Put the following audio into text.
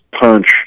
punch